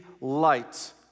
light